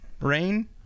Rain